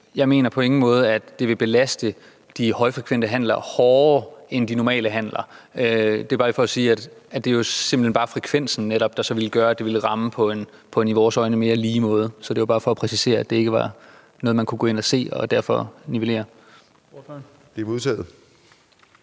Jeg mener på ingen måde, at det vil belaste de højfrekvente handler hårdere end de normale handler. Det er det simpelt hen frekvensen, der vil gøre, at det vil ramme på en i vores øjne mere lige måde. Så det er for at præcisere, at det ikke er noget, man kan gå ind og se og derfor nivellere. Kl. 19:26 Den